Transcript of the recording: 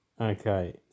Okay